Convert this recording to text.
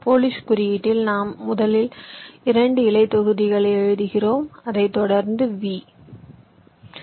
Polish குறியீட்டில் நாம் முதலில் 2 இலை தொகுதிகளை எழுதுகிறோம் அதைத் தொடர்ந்து V